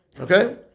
Okay